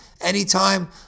anytime